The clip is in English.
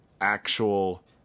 actual